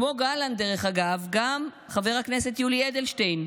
כמו גלנט, דרך אגב, גם חבר הכנסת יולי אדלשטיין,